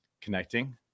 connecting